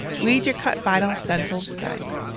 weed your cut vinyl stencil design.